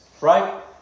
right